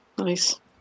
Nice